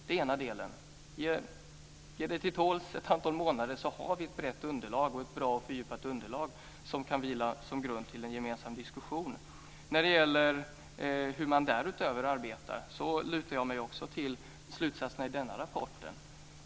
Om Sofia Jonsson ger sig till tåls ett antal månader kommer vi att ha ett brett och fördjupat underlag som vi kan ha som en grund för en gemensam diskussion. När det gäller hur man arbetar därutöver lutar jag mig också mot slutsatserna i den här rapporten.